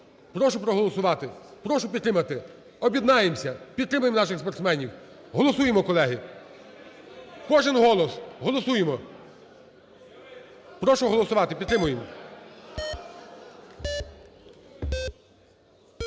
Прошу проголосувати, прошу підтримати, об'єднаємося, підтримаємо наших спортсменів, голосуємо, колеги, кожен голос, голосуємо. Прошу голосувати, підтримаємо.